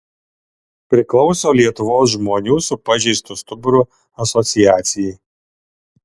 priklauso lietuvos žmonių su pažeistu stuburu asociacijai